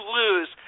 lose